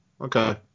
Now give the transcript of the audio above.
Okay